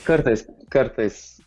kartais kartais